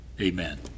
Amen